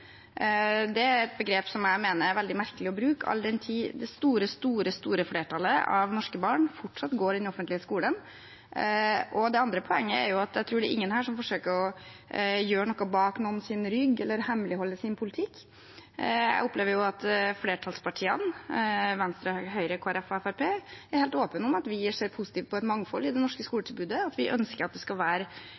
Det er et begrep som jeg mener er veldig merkelig å bruke, all den tid det store flertallet av norske barn fortsatt går i den offentlige skolen. Det andre poenget: Jeg tror ikke det er noen her som forsøker å gjøre noe bak noens rygg eller hemmeligholde sin politikk. Jeg opplever at flertallspartiene – Venstre, Høyre, Kristelig Folkeparti og Fremskrittspartiet – er helt åpne om at vi ser positivt på et mangfold i det norske skoletilbudet, og at vi ønsker at det skal være